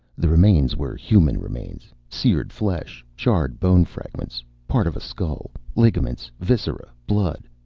the remains were human remains. seared flesh, charred bone fragments, part of a skull. ligaments, viscera, blood.